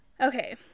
Okay